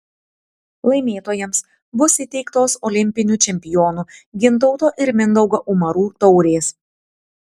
laimėtojams bus įteiktos olimpinių čempionų gintauto ir mindaugo umarų taurės